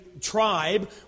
tribe